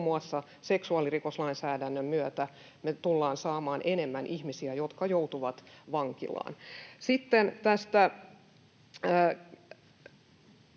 muun muassa seksuaalirikoslainsäädännön myötä me tullaan saamaan enemmän ihmisiä, jotka joutuvat vankilaan. Sitten edustaja